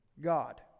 God